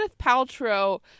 Paltrow